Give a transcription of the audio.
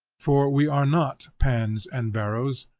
for we are not pans and barrows,